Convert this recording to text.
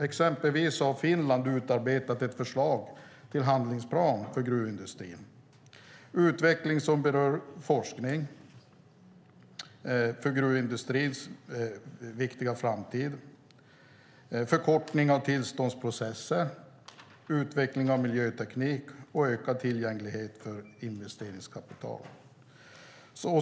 Exempelvis har Finland utarbetat ett förslag till handlingsplan för gruvindustrin som omfattar utveckling som rör forskning för gruvindustrins viktiga framtid, förkortning av tillståndsprocesser, utveckling av miljöteknik och ökad tillgänglighet för investeringskapital.